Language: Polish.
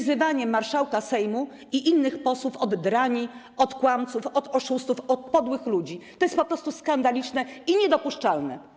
Wyzywanie marszałka Sejmu i innych posłów od drani, od kłamców, od oszustów, od podłych ludzi - to jest po prostu skandaliczne i niedopuszczalne.